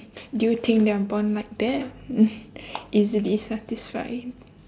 do you think that I'm born like that easily satisfy